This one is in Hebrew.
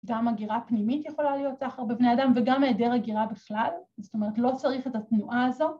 ‫גם הגירה פנימית יכולה להיות סחר ‫בבני אדם וגם העדר הגירה בכלל. ‫זאת אומרת, לא צריך את התנועה הזו.